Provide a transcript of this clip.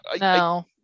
No